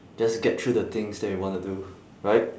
just get through the things that we wanna do right